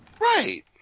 Right